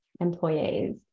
employees